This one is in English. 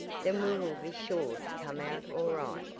then we will be sure to come out all right.